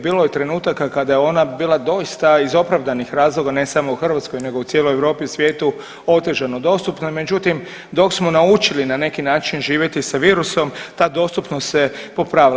Bilo je trenutaka kada je ona bila doista iz opravdanih razloga ne samo u Hrvatskoj nego u cijeloj Europi i svijetu otežano dostupna, međutim dok smo naučili na neki način živjeti sa virusom ta dostupnost se popravila.